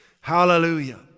Hallelujah